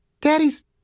Daddy's